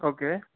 okay